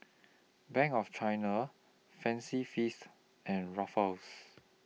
Bank of China Fancy Feast and Ruffles